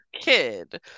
kid